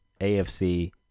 AFC